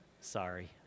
Sorry